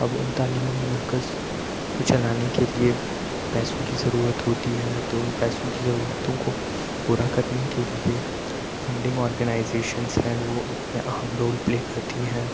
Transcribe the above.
اب اُن تعلیمی مرکز کو چلانے کے لیے پیسوں کی ضرورت ہوتی ہے تو اُن پیسوں کی ضرورتوں کو پورا کرنے کے لیے فنڈنگ اورگنائیزیشنس ہیں وہ اُن میں اہم رول پلے کرتی ہیں